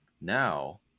Now